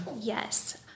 Yes